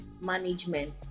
management